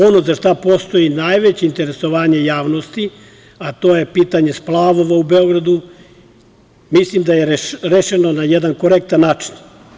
Ono za šta postoji najveće interesovanje javnosti, to je pitanje splavova u Beogradu, mislim da je rešeno na jedan korektan način.